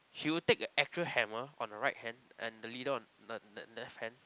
she will take a actual hammer on the right hand and the leader on the the left hand